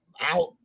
out